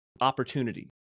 opportunity